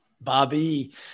Bobby